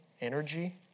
energy